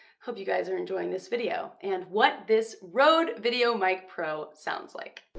hope you guys are enjoying this video and what this rode video mic pro sounds like.